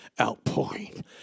outpouring